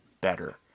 better